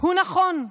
הוא נכון.